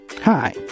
Hi